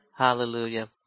Hallelujah